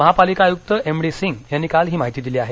महापालिका आयुक्त M D Singh यांनी काल ही माहिती दिली आहे